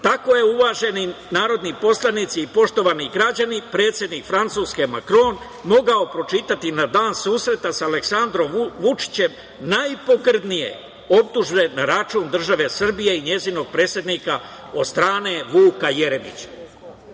Tako je, uvaženi narodni poslanici i poštovani građani, predsednik Francuske Makron mogao pročitati na dan susreta sa Aleksandrom Vučićem najpogrdnije optužbe na račun države Srbije i njenog predsednika od strane Vuka Jeremića. Jeremić